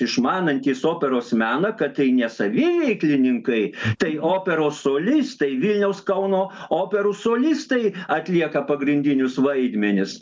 išmanantys operos meną kad tai ne saviveiklininkai tai operos solistai vilniaus kauno operų solistai atlieka pagrindinius vaidmenis